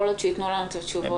כל עוד שייתנו לנו את התשובות.